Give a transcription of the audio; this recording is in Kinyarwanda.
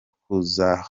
kuza